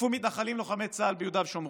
מתנחלים תקפו לוחמי צה"ל ביהודה ושומרון.